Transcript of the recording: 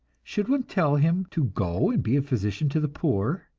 should one tell him to go and be a physician to the poor?